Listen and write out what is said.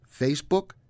Facebook